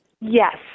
Yes